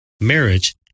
marriage